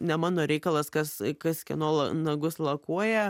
ne mano reikalas kas kas kieno nagus lakuoja